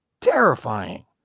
terrifying